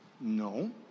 No